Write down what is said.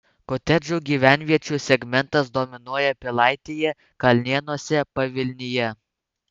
kotedžų gyvenviečių segmentas dominuoja pilaitėje kalnėnuose pavilnyje